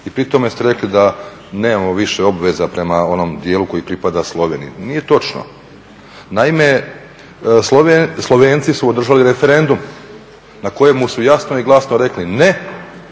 I pri tome ste rekli da nemamo više obveza prema onom dijelu koji pripada Sloveniji, nije točno. Naime, Slovenci su održali referendum na kojemu su jasno i glasno rekli ne